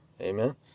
Amen